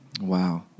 wow